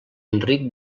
enric